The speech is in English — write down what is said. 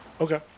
Okay